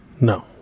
No